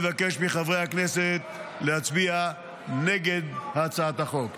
אני מבקש מחברי הכנסת להצביע נגד הצעת החוק.